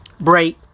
break